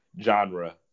genre